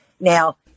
now